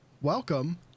welcome